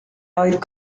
oedd